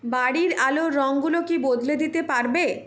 বাড়ির আলোর রঙগুলো কি বদলে দিতে পারবে